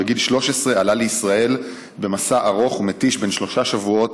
ובגיל 13 עלה לישראל במסע ארוך ומתיש בן שלושה שבועות,